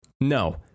No